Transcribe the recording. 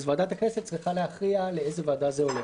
ועדת הכנסת צריכה להכריע לאיזה ועדה זה הולך.